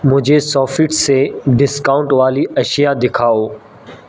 مجھے سوفٹ سے ڈسکاؤنٹ والی اشیا دکھاؤ